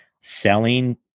selling